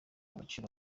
gaciro